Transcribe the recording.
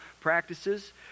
practices